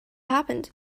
happened